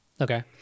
Okay